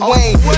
Wayne